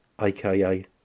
aka